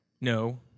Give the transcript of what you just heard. No